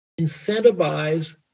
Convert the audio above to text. incentivize